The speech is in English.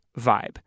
vibe